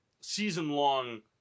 season-long